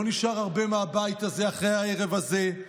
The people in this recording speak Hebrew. לא נשאר הרבה מהבית הזה אחרי הערב הזה.